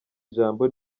ijambo